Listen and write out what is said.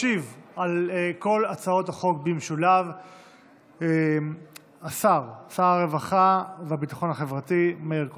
ישיב על כל הצעות החוק במשולב שר הרווחה והביטחון החברתי מאיר כהן.